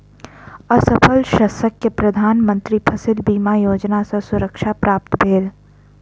असफल शस्यक प्रधान मंत्री फसिल बीमा योजना सॅ सुरक्षा प्राप्त भेल